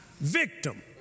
Victim